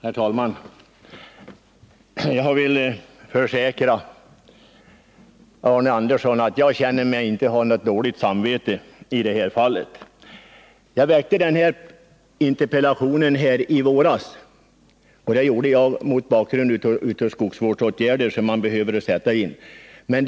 Herr talman! Jag vill försäkra Arne Andersson i Ljung att jag inte har något dåligt samvete i detta fall. Jag framställde interpellationen i våras mot bakgrund av att skogsvårdsåtgärder behöver sättas in.